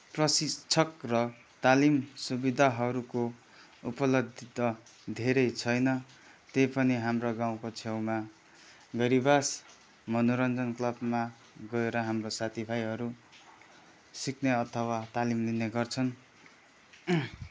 प्रशिक्षक र तालिम सुविधाहरूको उपलब्धता धेरै छैन त्यही पनि हाम्रो गाउँको छेउमा गैरिबास मनोरञ्जन क्लबमा गएर हाम्रो साथीभाइहरू सिक्ने अथवा तालिम लिने गर्छन्